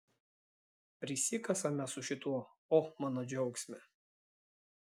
prisikasame su šituo o mano džiaugsme